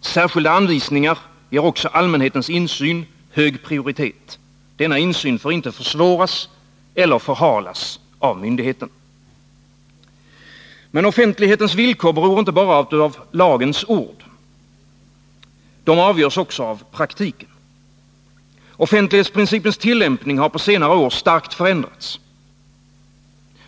Särskilda anvisningar ger också allmänhetens insyn hög prioritet. Denna insyn får inte försvåras eller förhalas av myndigheten. Men offentlighetens villkor beror inte bara av lagens ord. De avgörs också av praktiken. Offentlighetsprincipens tillämpning har på senare år starkt förändrats.